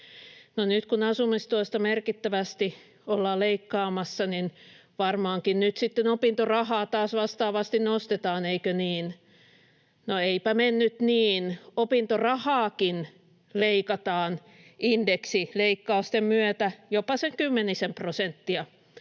nyt kun asumistuesta merkittävästi ollaan leikkaamassa, niin varmaankin nyt sitten opintorahaa taas vastaavasti nostetaan, eikö niin? — No, eipä mennyt niin. Opintorahaakin leikataan indeksileikkausten myötä jopa sen kymmenisen prosenttia,